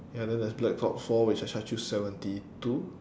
ya then there's black ops all which I charge you seventy two